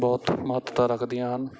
ਬਹੁਤ ਮਹੱਤਤਾ ਰੱਖਦੀਆਂ ਹਨ